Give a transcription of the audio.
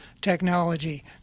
technology